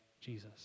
Jesus